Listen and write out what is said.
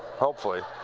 hopefully